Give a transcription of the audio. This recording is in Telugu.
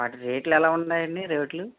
వాటి రేట్లు ఎలా ఉంటాయ్ అండి రేట్లు